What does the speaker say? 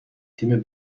تیم